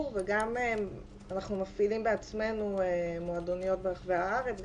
וגם אנחנו מפעילים בעצמנו מועדוניות ברחבי הארץ,